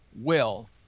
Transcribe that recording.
wealth